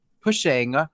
pushing